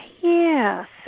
Yes